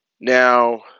Now